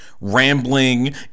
rambling